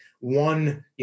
one